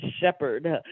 shepherd